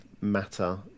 matter